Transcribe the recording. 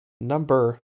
Number